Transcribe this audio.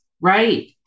Right